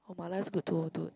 oh mala is good too dude